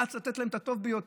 רץ לתת להם את הטוב ביותר.